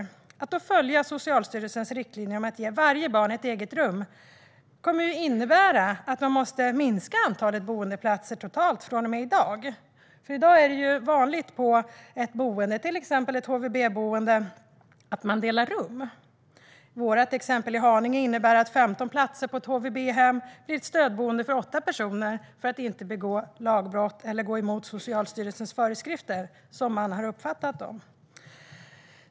Ska man då följa Socialstyrelsens riktlinjer om att ge varje barn ett eget rum kommer det att innebära att man måste minska antalet boendeplatser totalt. I dag är det ju vanligt att man delar rum på ett boende, till exempel ett HVB-boende. När det gäller vårt exempel i Haninge skulle det innebära att 15 platser på ett HVB-hem blir ett stödboende för åtta personer för att man inte ska begå lagbrott eller gå emot Socialstyrelsens föreskrifter, som man har uppfattat dem.